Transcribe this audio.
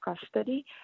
custody